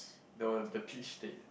there were the peach state